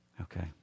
Okay